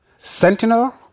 Sentinel